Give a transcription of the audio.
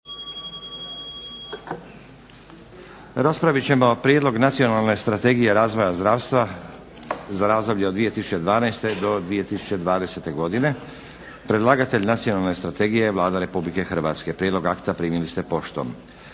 Raspravit ćemo 7. Prijedlog Nacionalne strategije razvoja zdravstva 2012.-2020. Predlagatelj Nacionalne strategije je Vlada Republike Hrvatske. Prijedlog akta primili ste poštom.